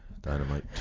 Dynamite